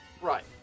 Right